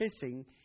kissing